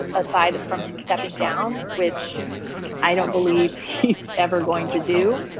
ah aside from him stepping down, which i don't believe he's ever going to do.